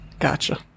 Gotcha